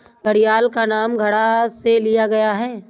घड़ियाल का नाम घड़ा से लिया गया है